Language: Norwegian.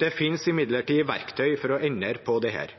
Det finnes imidlertid verktøy for å endre på dette.